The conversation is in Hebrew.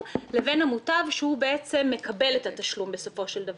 לבין המוטב שהוא מקבל את התשלום בסופו של דבר.